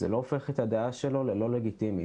זה לא הופך את הדעה שלו ללא לגיטימית.